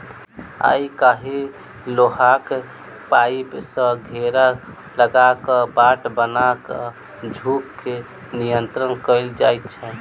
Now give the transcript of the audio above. आइ काल्हि लोहाक पाइप सॅ घेरा लगा क बाट बना क झुंड के नियंत्रण कयल जाइत छै